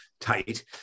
tight